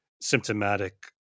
symptomatic